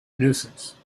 nuisance